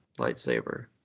lightsaber